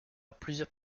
plusieurs